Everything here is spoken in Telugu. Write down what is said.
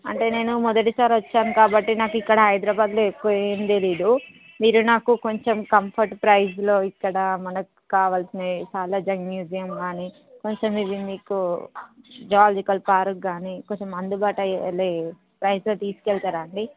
అంటే నేను మొదటిసారి వచ్చాను కాబట్టి నాకు ఇక్కడ హైదరాబాదులో ఎక్కువ ఏమి తెలియదు మీరు నాకు కొంచెం కంఫర్ట్ ప్రైస్లో ఇక్కడ మనకు కావాల్సిన సాలార్జంగ్ మ్యూజియం కానీ కొంచెం ఇది మీకు జువలాజికల్ పార్క్ కానీ కొంచెం అందుబాటులో అయ్యే లే ప్రైస్లో తీసుకు వెళ్తరా అండి